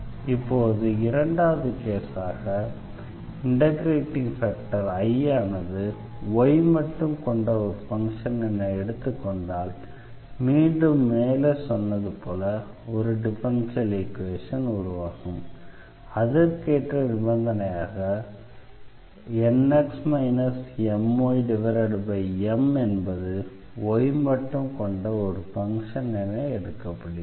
இப்போது இரண்டாவது கேஸாக இண்டெக்ரேட்டிங் ஃபேக்டர் I ஆனது y மட்டும் கொண்ட ஒரு ஃபங்ஷன் என எடுத்துக்கொண்டால் மீண்டும் மேலே சொன்னது போல டிஃபரன்ஷியல் ஈக்வேஷன் உருவாகும் அதற்கேற்ற நிபந்தனையாக 1MNx My என்பது y மட்டும் கொண்ட ஒரு ஃபங்ஷன் என எடுக்கப்படுகிறது